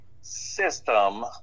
system